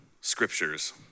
scriptures